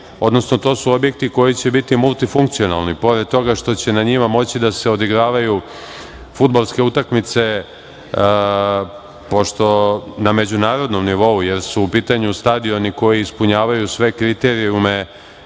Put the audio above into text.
odnosno to su objekti koji će biti multifunkcionalni, pored toga što će na njima moći da se odigravaju fudbalske utakmice, pošto na međunarodnom nivou, pošto su u pitanju stadioni koji ispunjavaju sve kriterijume